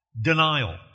denial